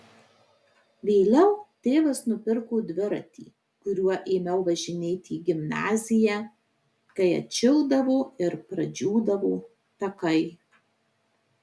vėliau tėvas nupirko dviratį kuriuo ėmiau važinėti į gimnaziją kai atšildavo ir pradžiūdavo takai